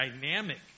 dynamic